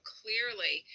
clearly